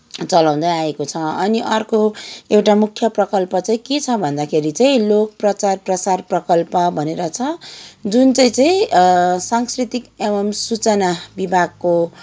चलाउँदै आएको छ अनि अर्को एउटा मुख्य प्रकल्प चाहिँ के छ भन्दाखेरि चाहिँ लोक प्रचार प्रसार प्रकल्प भनेर छ जुन चाहिँ चाहिँ सांस्कृतिक एवं सूचना विभागको